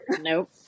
Nope